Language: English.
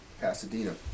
Pasadena